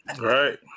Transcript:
right